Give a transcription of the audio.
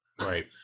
Right